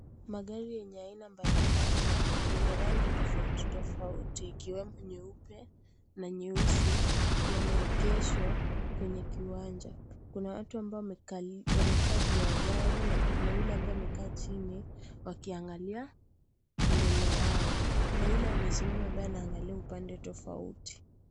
Magari yenye aina mbali mbali na yenye rangi tofauti tofauti ikiwemo nyeupe na nyeusi yameegeshwa kwenye kiwanja, kuna watu ambao wamekaa juu ya gari na kuna yule ambaye amekaa chini wakiangalia mbele yao. Kuna yule amesimama ambaye anaangalia upande tofauti.